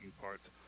parts